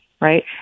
right